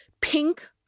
pink